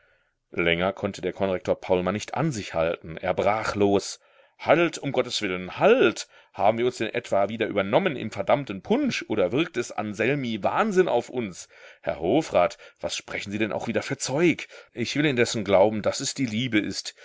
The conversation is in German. länger konnte der konrektor paulmann nicht an sich halten er brach los halt um gottes willen halt haben wir uns denn etwa wieder übernommen im verdammten punsch oder wirkt des anselmi wahnsinn auf uns herr hofrat was sprechen sie denn auch wieder für zeug ich will indessen glauben daß es die liebe ist